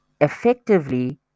effectively